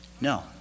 no